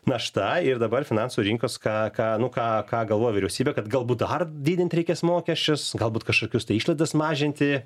našta ir dabar finansų rinkos ka ka nu ka ka ką galvoja vyriausybė kad galbūt dar didinti reikės mokesčius galbūt kažkokius tai išlaidas mažinti